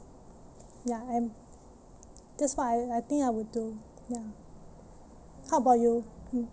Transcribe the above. ya and that's what I I think I would do ya how about you mm